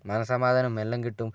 മനഃസ്സമാധാനവും എല്ലാം കിട്ടും